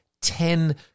ten